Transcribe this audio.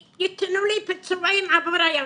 שייתנו לי פיצויים עבור הילדה.